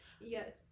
Yes